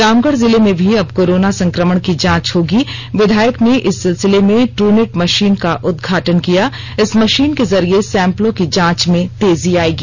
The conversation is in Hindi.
रामगढ़ जिले में भी अब कोरोना संक्रमण की जांच होगी विधायक ने इस सिलसिले में ट्रूनेट मशीन का उद्घाटन किया इस मशीन के जरिए सैंपलों की जांच में तेजी आएगी